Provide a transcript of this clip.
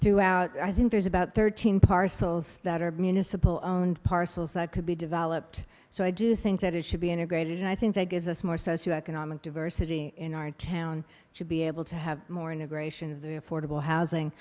throughout i think there's about thirteen parcels that are municipal owned parcels that could be developed so i do think that it should be integrated and i think that gives us more socio economic diversity in our town should be able to have more integration of the affordable housing